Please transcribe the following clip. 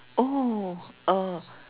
oh uh